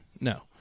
No